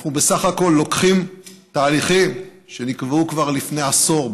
אנחנו בסך הכול לוקחים תהליכים שנקבעו כבר לפני עשור,